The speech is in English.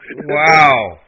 Wow